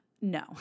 No